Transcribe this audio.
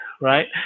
right